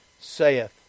saith